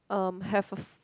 um have a f~